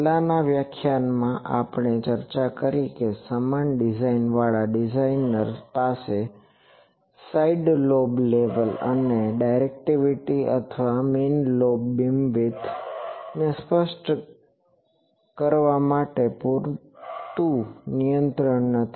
પહેલાનાં વ્યાખ્યાનમાં આપણે ચર્ચા કરી છે કે સમાન ડિઝાઇન વાળા ડિઝાઇનર પાસે સાઇડ લોબ લેવલ અને ડાઇરેકટીવીટી અથવા મેઈન લોબ બીમવિડ્થ ને સ્પષ્ટ કરવા માટે પુરતુ નિયંત્રણ નથી